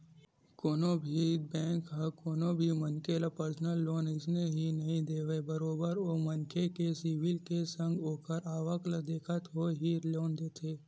कोनो भी बेंक ह कोनो भी मनखे ल परसनल लोन अइसने ही नइ देवय बरोबर ओ मनखे के सिविल के संग ओखर आवक ल देखत होय ही लोन देथे